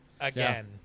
again